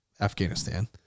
Afghanistan